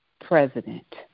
president